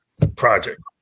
project